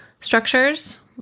structures